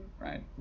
Right